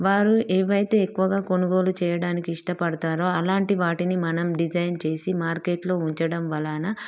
వారు ఏవైతే ఎక్కువగా కొనుగోలు చేయడానికి ఇష్టపడతారో అలాంటి వాటిని మనం డిజైన్ చేసి మార్కెట్లో ఉంచడం వలన